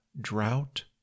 drought